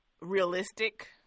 realistic